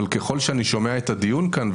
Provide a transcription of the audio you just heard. אבל ככל שאני שומע את הדיון כאן,